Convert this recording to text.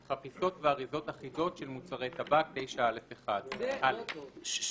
"חפיסות ואריזות אחידות של מוצרי טבק 9א1. (א)לא